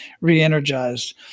re-energized